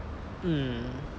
mm